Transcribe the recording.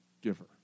giver